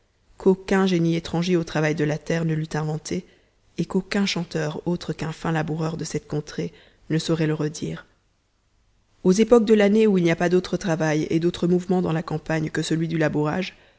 qu'aucun génie étranger au travail de la terre ne l'eût inventé et qu'aucun chanteur autre qu'un fin laboureur de cette contrée ne saurait le redire aux époques de l'année où il n'y a pas d'autre travail et d'autre mouvement dans la campagne que celui du labourage